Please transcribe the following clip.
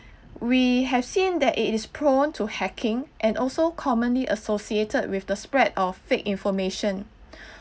we have seen that it is prone to hacking and also commonly associated with the spread of fake information